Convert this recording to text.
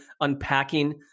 unpacking